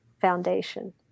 foundation